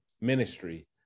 ministry